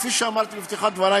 כפי שאמרתי בפתיחת דברי,